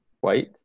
white